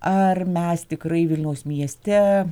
ar mes tikrai vilniaus mieste